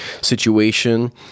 situation